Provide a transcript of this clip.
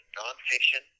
nonfiction